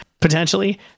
potentially